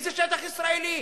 איזה שטח ישראלי?